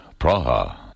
Praha